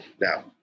Now